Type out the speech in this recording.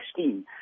2016